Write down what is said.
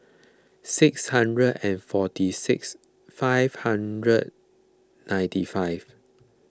six hundred and forty six five hundred ninety five